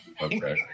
Okay